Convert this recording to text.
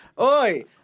Oi